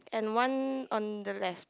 and one on the left